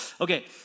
Okay